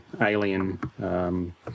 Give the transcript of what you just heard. alien